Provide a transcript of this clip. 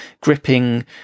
gripping